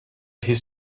his